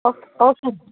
okay okay